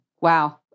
Wow